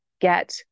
get